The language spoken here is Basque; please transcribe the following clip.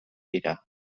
dira